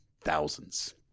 thousands